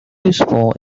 useful